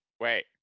wait